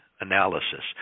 analysis